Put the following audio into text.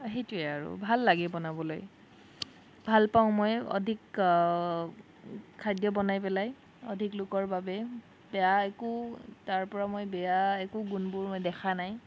সেইটোৱেই আৰু ভাল লাগে বনাবলৈ ভালপাওঁ মই অধিক খাদ্য বনাই পেলাই অধিক লোকৰ বাবে বেয়া একো তাৰপৰা মই বেয়া একো গুণবোৰ মই দেখা নাই